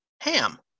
Ham